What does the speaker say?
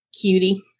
Cutie